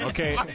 Okay